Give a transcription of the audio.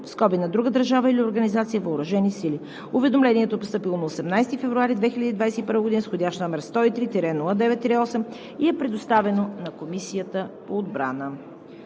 от друга (на друга държава или организация) въоръжени сили. Уведомлението е постъпило на 18 февруари 2021 г., с входящ № 103-09-08, и е предоставено на Комисията по отбрана.